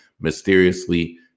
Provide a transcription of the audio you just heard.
mysteriously